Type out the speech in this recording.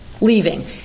leaving